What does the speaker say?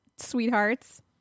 Sweethearts